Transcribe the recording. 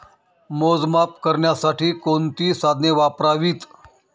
मोजमाप करण्यासाठी कोणती साधने वापरावीत?